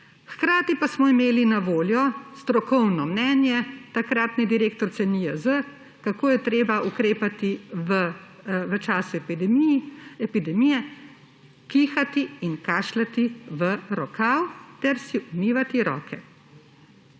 Hkrati pa smo imeli na voljo strokovno mnenje takratne direktorice NIJZ, kako je treba ukrepati v času epidemije – kihati in kašljati v rokav ter si umivati roke.